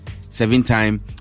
Seven-time